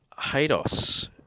Hados